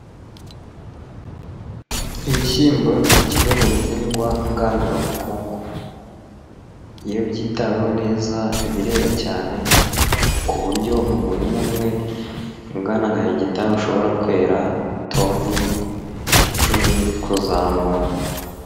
Ibishyimbo ni kimwe mu bihingwa ngandurabukungu, iyo byitaweho neza birera cyane, ku buryo umurima umwe, ungana nka hegitari ushobora kwera, toni icumi, kuzamura.